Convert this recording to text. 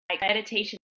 meditation